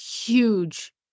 huge